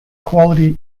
quality